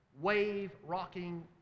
wave-rocking